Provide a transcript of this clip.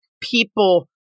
people